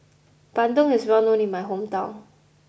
Bandung is well known in my hometown